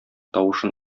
тавышын